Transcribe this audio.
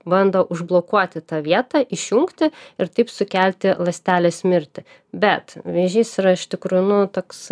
bando užblokuoti tą vietą išjungti ir taip sukelti ląstelės mirtį bet vėžys yra iš tikrųjų nu toks